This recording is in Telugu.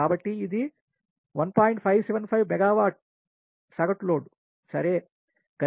575 మెగావాట్ల సగటు లోడ్